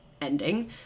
ending